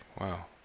wow